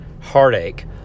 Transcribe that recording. heartache